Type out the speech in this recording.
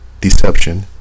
Deception